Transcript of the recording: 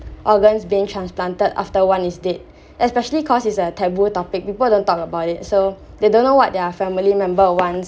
organs being transplanted after one is dead especially cause it's a taboo topic people don't talk about it so they don't know what their family member wants